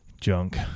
junk